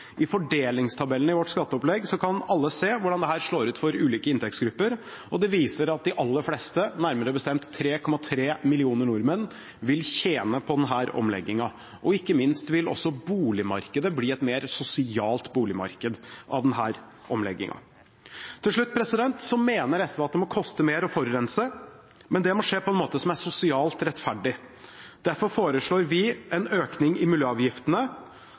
I fordelingstabellen i vårt skatteopplegg kan alle se hvordan dette slår ut for ulike inntektsgrupper, og det viser at de aller fleste, nærmere bestemt 3,3 millioner nordmenn, vil tjene på denne omleggingen. Ikke minst vil også boligmarkedet bli et mer sosialt boligmarked av denne omleggingen. Til slutt: SV mener at det må koste mer å forurense, men det må skje på en måte som er sosialt rettferdig. Derfor foreslår vi en økning i miljøavgiftene